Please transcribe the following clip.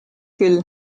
küll